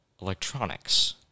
electronics